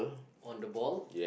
on the ball